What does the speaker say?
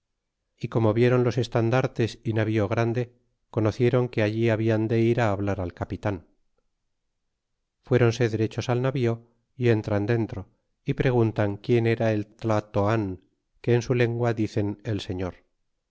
y como vieron los estandartes y navío grande conocieron que allí habian de ir hablar al capitan derechos al navío y entran dentro y preguntan quién era el ti atoan que en su lengua dicen el señor